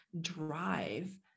drive